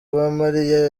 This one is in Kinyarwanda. uwamariya